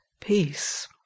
peace